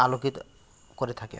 আলোকিত করে থাকে